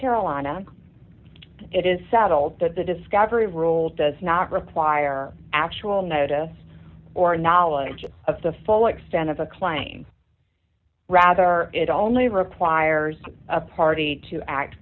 carolina it is settled that the discovery rule does not require actual notice or knowledge of the full extent of a claim rather it only requires a party to act